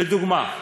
לדוגמה,